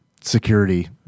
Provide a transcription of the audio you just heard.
security